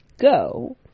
go